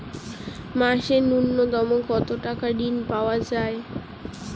মাসে নূন্যতম কত টাকা ঋণ পাওয়া য়ায়?